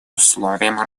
условием